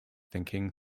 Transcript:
thinking